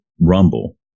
Rumble